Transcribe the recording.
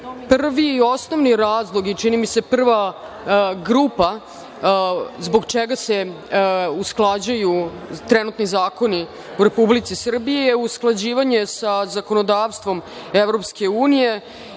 i osnovni razlog i čini mi se prva grupa zbog čega se usklađuju trenutni zakoni u Republici Srbiji je usklađivanje sa zakonodavstvom EU i